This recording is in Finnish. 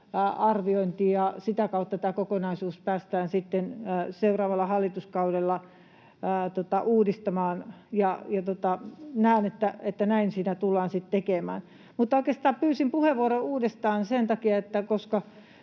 arviointi. Sitä kautta tämä kokonaisuus päästään sitten seuraavalla hallituskaudella uudistamaan, ja näen, että näin siinä tullaan sitten tekemään. Mutta oikeastaan pyysin puheenvuoron uudestaan sen takia, että